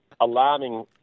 alarming